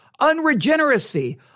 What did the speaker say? Unregeneracy